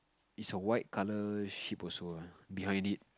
is a white colour sheep also ah behind it